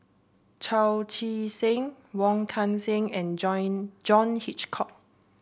Chao Tzee Cheng Wong Kan Seng and Join John Hitchcock